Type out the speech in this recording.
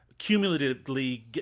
cumulatively